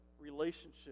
relationship